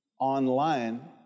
online